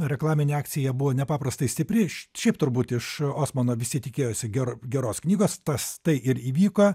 reklaminė akcija buvo nepaprastai stipri šiaip turbūt iš osmano visi tikėjosi gero geros knygos tas tai ir įvyko